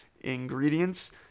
ingredients